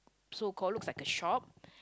so call looks like a shop